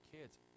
kids